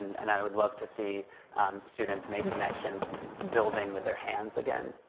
and i would love to see students make connections building with their hands again,